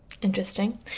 interesting